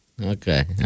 Okay